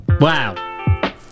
Wow